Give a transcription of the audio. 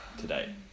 today